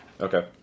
Okay